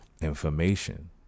information